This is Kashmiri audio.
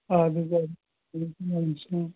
اَدٕ حظ اَدٕ حظ وعلیکُم سلام